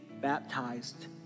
baptized